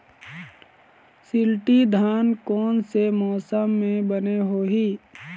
शिल्टी धान कोन से मौसम मे बने होही?